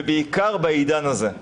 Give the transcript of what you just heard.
ובעיקר בעידן הזה.